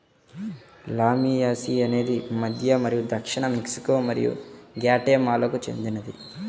లామియాసి అనేది మధ్య మరియు దక్షిణ మెక్సికో మరియు గ్వాటెమాలాకు చెందినది